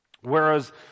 Whereas